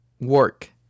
work